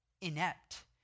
inept